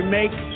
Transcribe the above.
make